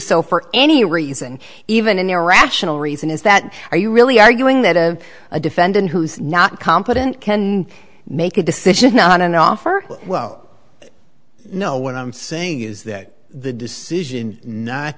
so for any reason even an irrational reason is that are you really arguing that of a defendant who's not competent can make a decision on an offer well you know what i'm saying is that the decision not